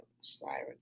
siren